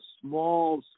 small